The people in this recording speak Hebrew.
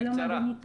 שלום אדוני,